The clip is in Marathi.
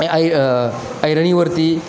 आई ऐरणीवरती